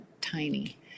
tiny